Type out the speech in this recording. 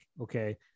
Okay